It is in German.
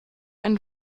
ein